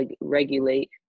regulate